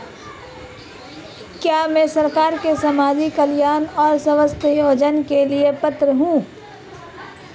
क्या मैं सरकार के सामाजिक कल्याण और स्वास्थ्य योजना के लिए पात्र हूं?